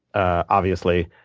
obviously.